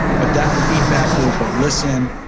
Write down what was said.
but, that feedback loop of listen,